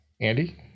Andy